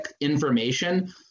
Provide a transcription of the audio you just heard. information